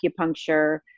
acupuncture